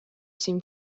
seem